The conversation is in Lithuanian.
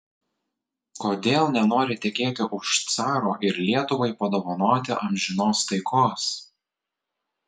kodėl nenori tekėti už caro ir lietuvai padovanoti amžinos taikos